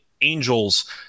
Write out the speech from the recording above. Angels